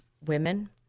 women